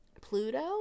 Pluto